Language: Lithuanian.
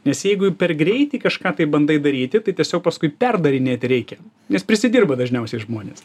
nes jeigu per greitai kažką tai bandai daryti tai tiesiog paskui perdarinėti reikia nes prisidirba dažniausiai žmonės